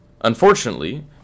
Unfortunately